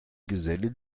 geselle